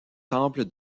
temple